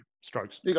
Strokes